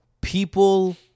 people